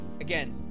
again